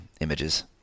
images